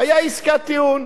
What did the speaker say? היתה עסקת טיעון.